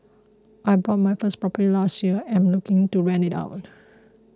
I bought my first property last year and looking to rent it out